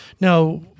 Now